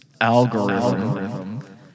algorithm